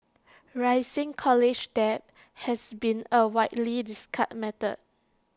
rising college debt has been A widely discussed matter